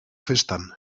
festan